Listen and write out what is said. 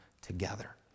together